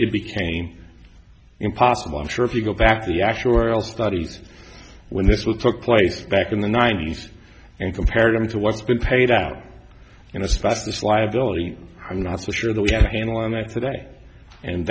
t became impossible i'm sure if you go back to the actuarial studies when this will took place back in the ninety's and compare them to what's been paid out and i suspect this liability i'm not so sure that we have a handle on that today and